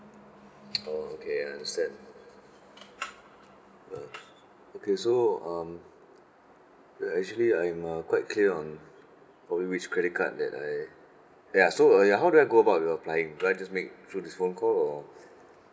oh okay I understand uh okay so um ya actually I'm uh more quite clear on probably which credit card that I ya so uh ya how do I go about applying do I just make through this phone call or